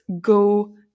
go